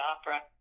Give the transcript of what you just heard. opera